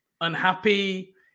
unhappy